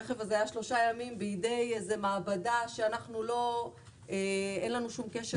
הרכב הזה היה שלושה ימים בידי מעבדה כלשהי שאין לנו שום קשר איתה.